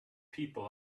people